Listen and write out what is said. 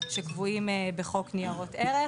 שקבועים בחוק ניירות ערך.